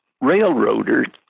railroaders